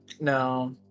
No